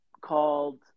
called